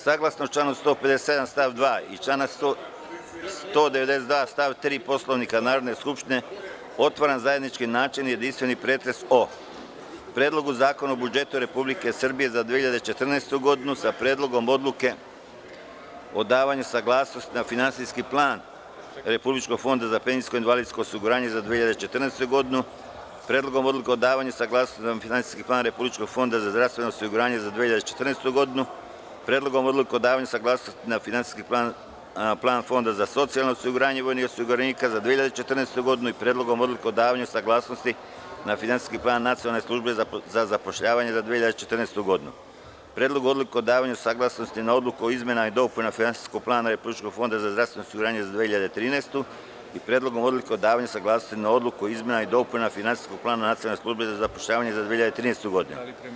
Saglasno članu 157. stav 2. i članu 192. stav 3. Poslovnika Narodne skupštine, otvaram zajednički načelni jedinstveni pretres o: Predlogu zakona o budžetu Republike Srbije za 2014. godinu sa Predlogom odluke o davanju saglasnosti na Finansijski plan Republičkog fonda za penzijsko-invalidsko osiguranje za 2014. godinu, Predlogom odluke o davanju saglasnosti na Finansijski plan Republičkog fonda za zdravstveno osiguranje za 2014. godinu, Predlogom odluke o davanju saglasnosti na Finansijski plan Fonda za socijalno osiguranje vojnih osiguranika za 2014. godinu i Predlogom odluke o davanju saglasnosti na Finansijski plan Nacionalne službe za zapošljavanje za 2014. godinu; Predlogu odluke o davanju saglasnosti na Odluku o izmenama i dopunama Finansijskog plana Republičkog fonda za zdravstveno osiguranje za 2013. godinu i Predlogu odluke o davanju saglasnosti na Odluku o izmenama i dopunama Finansijskog plana Nacionalne službe za zapošljavanje za 2013. godinu.